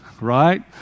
Right